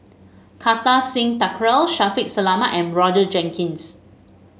Kartar Singh Thakral Shaffiq Selamat and Roger Jenkins